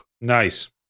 Nice